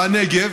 והנגב,